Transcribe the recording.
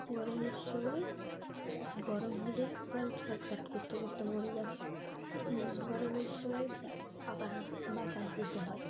গরমের সময় গরম হলে ওরা ছটফট করতে করতে মরে যাবে গরমের সময় পাখার বাতাস দিতে হয়